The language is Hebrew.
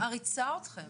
אני מעריצה אתכם